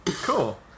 Cool